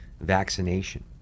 vaccination